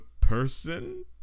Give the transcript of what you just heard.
person